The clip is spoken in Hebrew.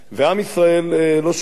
עם ישראל לא שוכח,